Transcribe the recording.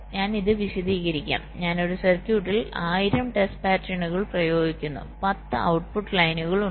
ഞാൻ ഇത് വിശദീകരിക്കാം ഞാൻ ഒരു സർക്യൂട്ടിൽ 1000 ടെസ്റ്റ് പാറ്റേണുകൾ പ്രയോഗിക്കുന്നു 10 ഔട്ട്പുട്ട് ലൈനുകൾ ഉണ്ട്